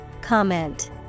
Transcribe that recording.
Comment